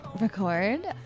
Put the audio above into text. record